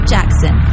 Jackson